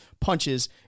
punches